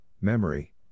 memory